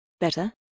Better